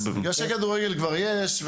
מגרשי כדורגל כבר יש.